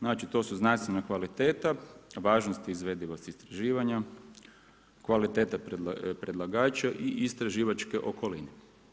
Znači to su znanstvena kvaliteta, važnosti izvedivosti istraživanja, kvaliteta predlagača i istraživačke okoline.